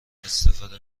استفاده